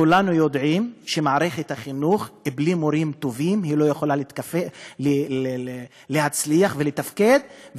כולנו יודעים שמערכת החינוך בלי מורים טובים לא יכולה להצליח ולתפקד,